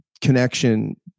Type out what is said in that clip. connection